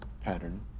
pattern